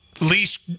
least